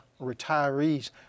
retirees